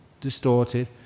distorted